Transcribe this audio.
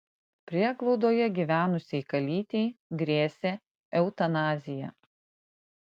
prieglaudoje gyvenusiai kalytei grėsė eutanazija